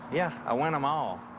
yeah, i win em all.